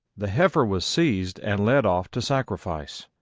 the heifer was seized and led off to sacrifice.